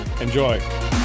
Enjoy